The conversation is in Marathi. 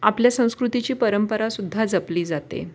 आपल्या संस्कृतीची परंपरासुद्धा जपली जाते